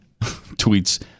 tweets